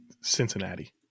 Cincinnati